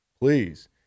please